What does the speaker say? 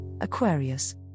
Aquarius